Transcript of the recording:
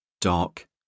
dark